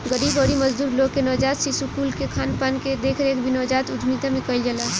गरीब अउरी मजदूर लोग के नवजात शिशु कुल कअ खानपान कअ देखरेख भी नवजात उद्यमिता में कईल जाला